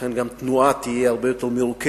ולכן גם התנועה של האנשים תהיה הרבה יותר מרוכזת.